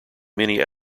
many